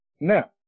Now